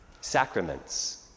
sacraments